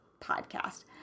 podcast